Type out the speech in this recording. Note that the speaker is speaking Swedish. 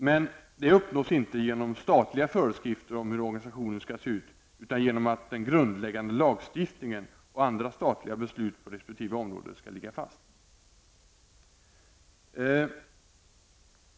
Men det uppnås inte genom statliga föreskrifter om hur organisationen skall se ut utan genom att den grundläggande lagstiftningen och andra statliga beslut på resp. område skall ligga fast.